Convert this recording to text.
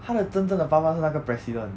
他的真正的爸爸是那个 president